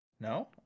no